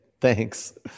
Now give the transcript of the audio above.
Thanks